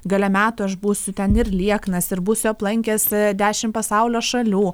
gale metų aš būsiu ten ir lieknas ir būsiu aplankęs dešim pasaulio šalių